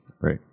right